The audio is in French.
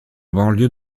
banlieue